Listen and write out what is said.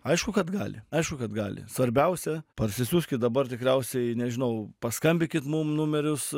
aišku kad gali aišku kad gali svarbiausia parsisiųskit dabar tikriausiai nežinau paskambinkit mum numerius